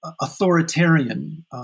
authoritarian